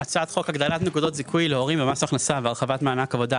הצעת חוק הגדלת נקודות זיכוי להורים במס הכנסה והרחבת מענק עבודה,